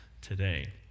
today